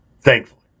thankfully